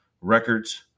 records